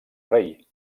rei